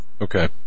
Okay